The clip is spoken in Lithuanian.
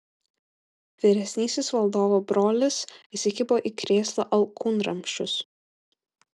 vyresnysis valdovo brolis įsikibo į krėslo alkūnramsčius